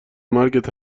مرگت